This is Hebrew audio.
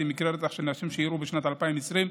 מקרי רצח של נשים שאירעו בשנת 2020, כמו שציינתי,